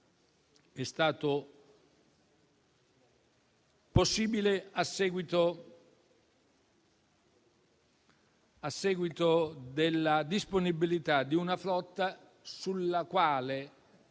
è stato possibile a seguito della disponibilità di una flotta sulla quale